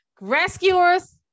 rescuers